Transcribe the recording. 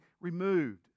removed